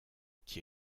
qui